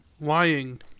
Lying